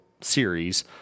series